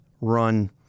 run